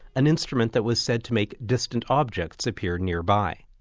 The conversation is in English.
an instrument that was said to make distant objects appear nearby.